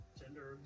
gender